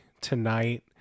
tonight